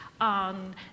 on